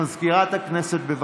מזכירת הכנסת, בבקשה.